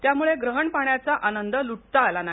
त्यामुळे ग्रहण पाहण्याचा आनंद लुटता आला नाही